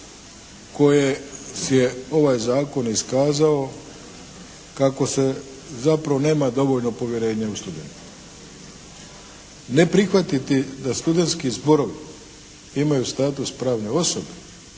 koje je ovaj zakon iskazao kako se zapravo nema dovoljno povjerenja u studente. Ne prihvatiti da studentski zborovi imaju status pravne osobe,